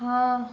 हाँ